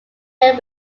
met